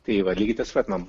tai va lygiai tas pat man